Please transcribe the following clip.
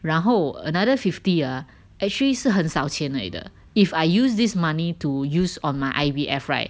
然后 another fifty ah actually 是很少钱来的 if I use this money to use on my I_V_F right